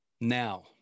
Now